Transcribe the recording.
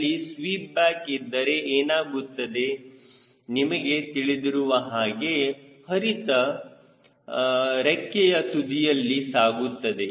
ಅಲ್ಲಿ sweep back ಇದ್ದರೆ ಏನಾಗುತ್ತದೆ ನಿಮಗೆ ತಿಳಿದಿರುವ ಹಾಗೆ ಹರಿತವು ರೆಕ್ಕೆಯ ತುದಿಯಲ್ಲಿ ಸಾಗುತ್ತದೆ